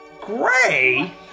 gray